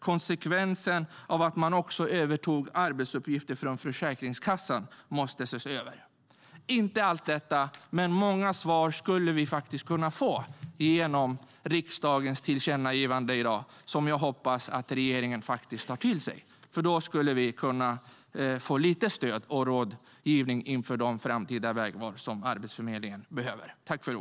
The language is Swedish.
Konsekvensen av att man också övertog arbetsuppgifter från Försäkringskassan måste dessutom ses över.